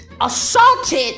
Assaulted